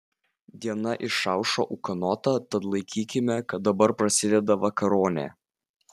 diena išaušo ūkanota tad laikykime kad dabar prasideda vakaronė